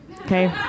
Okay